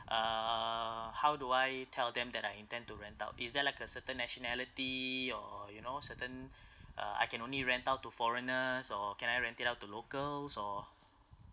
uh how do I tell them that I intend to rent out is there like a certain nationality or you know certain uh I can only rent out to foreigners or can I rent it out to locals or